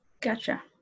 Gotcha